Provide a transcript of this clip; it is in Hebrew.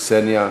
קסניה,